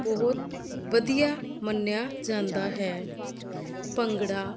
ਬਹੁਤ ਵਧੀਆ ਮੰਨਿਆ ਜਾਂਦਾ ਹੈ ਭੰਗੜਾ